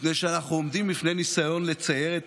מפני שאנחנו עומדים בפני ניסיון לצייר את